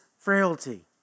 frailty